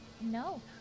No